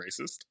racist